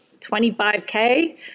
25K